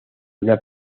una